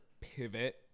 pivot